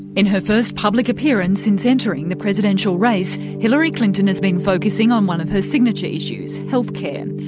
in her first public appearance since entering the presidential race, hillary clinton has been focusing on one of her signature issues, healthcare.